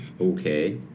Okay